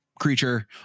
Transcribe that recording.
creature